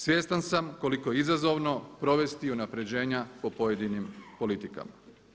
Svjestan sam koliko je izazovno provesti i unapređenja po pojedinim politikama.